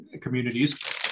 communities